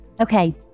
Okay